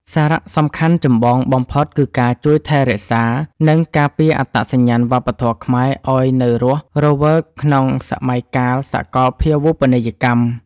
សារៈសំខាន់ចម្បងបំផុតគឺការជួយថែរក្សា និងការពារអត្តសញ្ញាណវប្បធម៌ខ្មែរឱ្យនៅរស់រវើកក្នុងសម័យកាលសកលភាវូបនីយកម្ម។